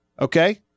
Okay